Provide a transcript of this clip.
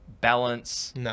balance